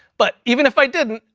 but even if i didn't,